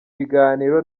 biganiro